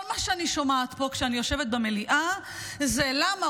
כל מה שאני שומעת פה כשאני יושבת במליאה זה למה